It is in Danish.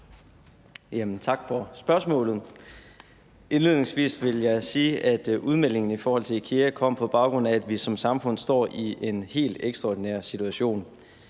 Tak for spørgsmålet. Indledningsvis vil jeg sige, at udmeldingen i forhold IKEA kom på baggrund af, at vi som samfund står i en helt ekstraordinær situation.